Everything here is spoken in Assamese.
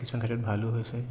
কিছুমান ক্ষেত্ৰত ভালো হৈছে